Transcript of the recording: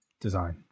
design